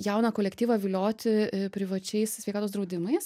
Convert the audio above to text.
jauną kolektyvą vilioti privačiais sveikatos draudimais